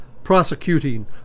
prosecuting